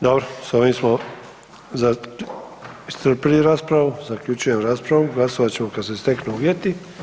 Dobro, s ovim smo iscrpili raspravu, zaključujemo raspravu, glasovat ćemo kad se steknu uvjeti.